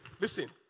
Listen